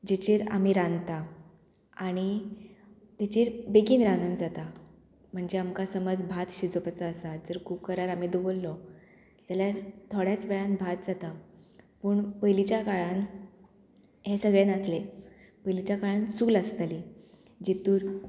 जेचेर आमी रांदता आणी तेचेर बेगीन रांदून जाता म्हणजे आमकां समज भात शिजोवपाचो आसा जर कुकरार आमी दवरलो जाल्यार थोड्याच वेळान भात जाता पूण पयलींच्या काळान हे सगळें नासले पयलींच्या काळान चूल आसताली जितूर